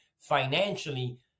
financially